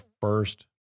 first